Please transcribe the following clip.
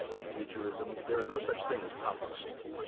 futurism. there's no such thing as pop art yet.